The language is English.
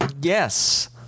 Yes